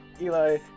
Eli